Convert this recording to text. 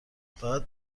فقط